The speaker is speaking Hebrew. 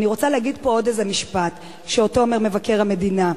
אני רוצה להגיד פה עוד איזה משפט שאומר מבקר המדינה,